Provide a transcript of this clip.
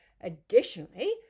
Additionally